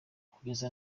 kugeza